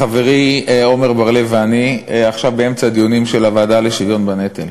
חברי עמר בר-לב ואני עכשיו באמצע הדיונים של הוועדה לשוויון בנטל.